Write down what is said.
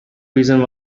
reason